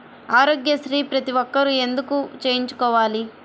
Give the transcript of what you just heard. ఆరోగ్యశ్రీ ప్రతి ఒక్కరూ ఎందుకు చేయించుకోవాలి?